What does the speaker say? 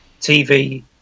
tv